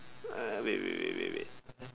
wait wait wait wait wait